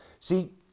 See